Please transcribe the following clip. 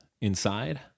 inside